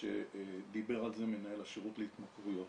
שדיבר על זה מנהל השירות להתמכרויות.